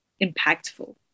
impactful